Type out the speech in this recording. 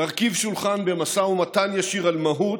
נרכיב שולחן במשא ומתן ישיר על מהות,